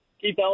Keith